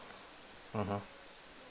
mmhmm